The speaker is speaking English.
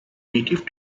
native